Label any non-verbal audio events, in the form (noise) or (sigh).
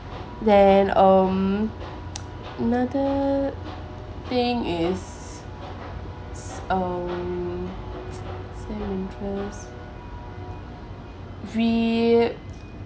then um (noise) another thing is um same interest we're